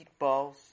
meatballs